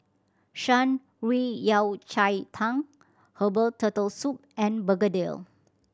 Shan Rui Yao Cai Tang herbal Turtle Soup and begedil